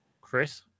Chris